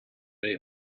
they